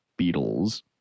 beatles